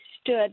stood